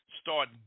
start